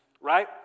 Right